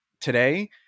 today